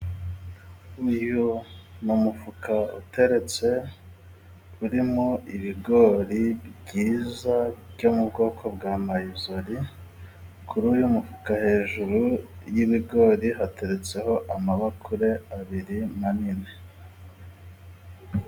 Uyu mufuka uteretse urimo ibigori byiza byo mu bwoko bwa mayizori , kuri uyu mufuka hejuru y'ibigori hateretseho amabakure abiri manini.